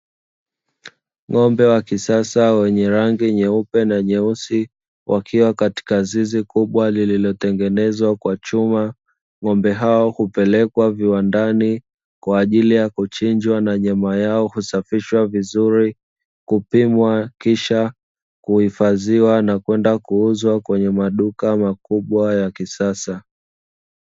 Ng’ombe wa kisasa wenye rangi nyeupe na nyeusi wakiwa katika zizi kubwa lililotengenezwa kwa chuma, ng’ombe hao hupelekwa viwandani kwa ajili ya kuchinjwa na nyama yao husafishwa vizuri, kupimwa kisha kuhifadhiwa na kwenda kuuzwa kwenye maduka makubwa ya kisasa.